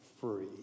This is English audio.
free